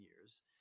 years